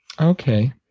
Okay